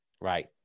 Right